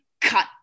cut